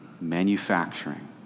manufacturing